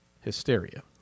hysteria